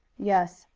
yes.